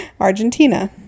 Argentina